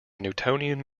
newtonian